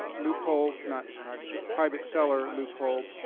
ah loophole, not private show, private seller loophole,